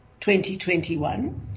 2021